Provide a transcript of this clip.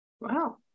Wow